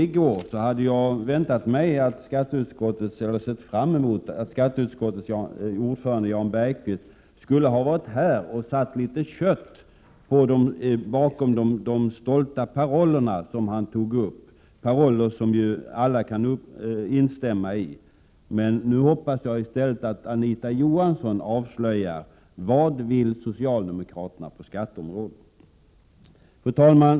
i går hade jag sett fram emot att skatteutskottets ordförande Jan Bergqvist skulle vara här och sätta litet kött på de stolta paroller som han tog upp — paroller som alla kan instämma i. Nu hoppas jag att Anita Johansson i stället avslöjar vad socialdemokraterna vill på skatteområdet. Fru talman!